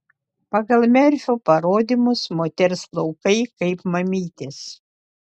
pagal merfio parodymus moters plaukai kaip mamytės